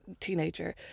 teenager